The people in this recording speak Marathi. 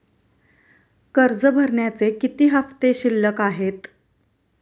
कर्ज भरण्याचे किती हफ्ते शिल्लक आहेत?